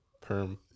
Perm